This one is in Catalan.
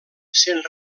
sent